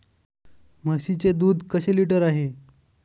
म्हशीचे दूध कसे लिटर आहे?